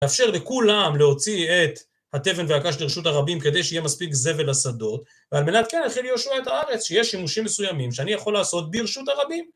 לאפשר לכולם להוציא את התבן והקש לרשות הרבים כדי שיהיה מספיק זבל לשדות ועל מנת כך הכין יהושוע את הארץ, שיש שימושים מסוימים שאני יכול לעשות ברשות הרבים